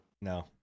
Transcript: No